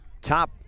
Top